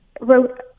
wrote